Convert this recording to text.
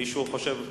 מישהו חושב,